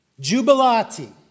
Jubilati